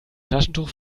taschentuch